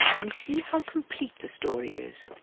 we see how complete the story is.